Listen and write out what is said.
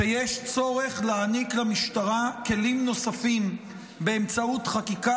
שיש צורך להעניק למשטרה כלים נוספים באמצעות חקיקה